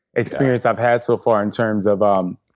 experience i've had so far in terms of um